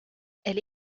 elle